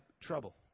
trouble